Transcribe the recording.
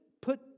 put